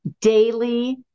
daily